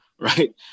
right